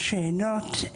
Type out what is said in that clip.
שאלות,